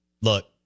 look